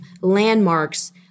landmarks